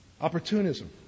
Opportunism